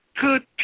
good